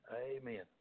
Amen